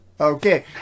Okay